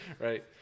right